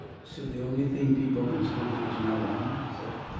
so the only thing people can smoke now is marijuana is that?